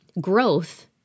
growth